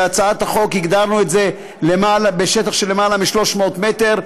בהצעת החוק הגדרנו את זה בשטח של למעלה מ-300 מ"ר,